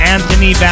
Anthony